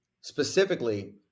specifically